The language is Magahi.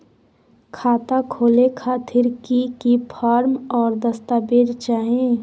खाता खोले खातिर की की फॉर्म और दस्तावेज चाही?